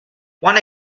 one